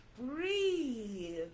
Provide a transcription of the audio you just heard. Breathe